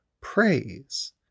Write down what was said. praise